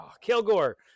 Kilgore